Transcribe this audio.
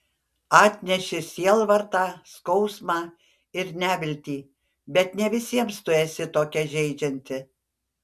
atneši sielvartą skausmą ir neviltį bet ne visiems tu esi tokia žeidžianti